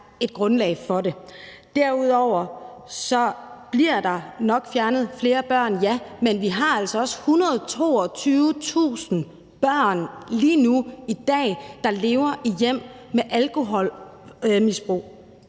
Derudover bliver der nok fjernet flere børn, ja, men vi har altså også 122.000 børn lige nu i dag, der lever i hjem med alkoholmisbrug.